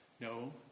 No